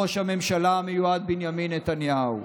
ראש הממשלה המיועד בנימין נתניהו.